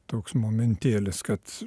toks momentėlis kad